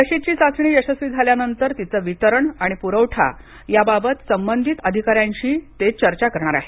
लशीची चाचणी यशस्वी झाल्यानंतर तिचं वितरण आणि पुरवठा याबाबत संबंधित अधिकाऱ्यांशी ते चर्चा करणार आहेत